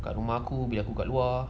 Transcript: kat rumah aku bila aku kat luar